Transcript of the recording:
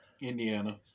indiana